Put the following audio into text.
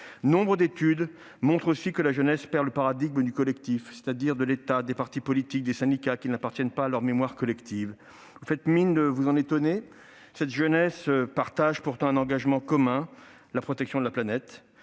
Nombre d'études montrent aussi que la jeunesse perd le paradigme du collectif, c'est-à-dire de l'État, des partis politiques, des syndicats, qui n'appartiennent pas à leur mémoire collective. Vous faites mine de vous en étonner. Cette jeunesse partage pourtant un engagement commun : la protection de la planète.